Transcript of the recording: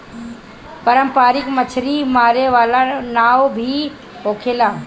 पारंपरिक मछरी मारे वाला नाव भी होखेला